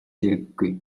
хэрэггүй